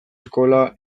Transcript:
eskola